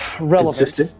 ...relevant